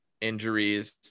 injuries